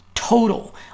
total